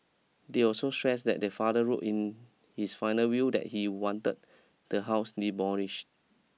they also stressed that their father wrote in his final will that he wanted the house demolished